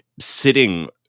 sitting